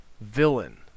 villain